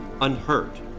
unhurt